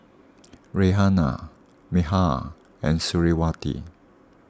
Raihana Mikhail and Suriawati